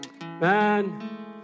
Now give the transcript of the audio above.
man